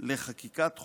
לחקיקת חוק-היסוד,